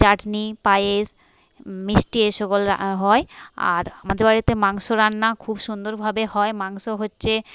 চাটনি পায়েস মিষ্টি এসকল হয় আর আমাদের বাড়িতে মাংস রান্না খুব সুন্দরভাবে হয় মাংস হচ্ছে